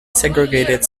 segregated